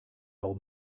old